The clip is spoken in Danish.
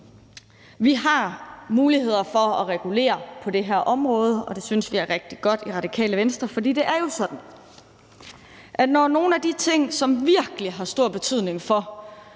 Vi har muligheder for at regulere på det her område, og det synes vi i Radikale Venstre er rigtig godt, for det er jo sådan, at når nogle af de ting, som virkelig har stor betydning for,